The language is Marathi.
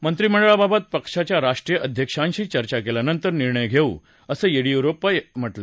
मंत्रीमंडळाबाबत पक्षाच्या राष्ट्रीय अध्यक्षांशी चर्चा केल्यानंतर निर्णय घेऊ असं येडियुरप्पा यांनी सांगितलं